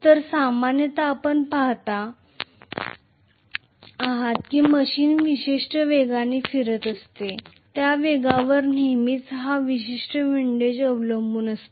तर सामान्यत आपण पहात आहात की मशीन विशिष्ट वेगाने फिरत असते त्या वेगावर नेहमीच हा विशिष्ट विंडिज अवलंबून असतो